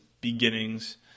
beginnings